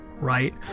right